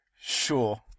Sure